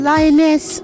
Lioness